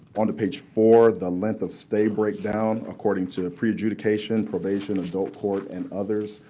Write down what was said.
on to page four, the length of stay breakdown according to pre-adjudication, probation, adult court, and others,